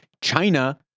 China